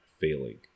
failing